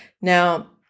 Now